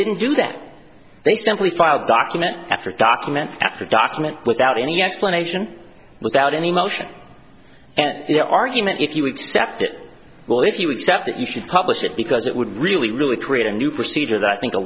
didn't do that they simply filed document after document after document without any explanation without any motion and their argument if you accept it well if you accept that you should publish it because it would really really create a new procedure that i think a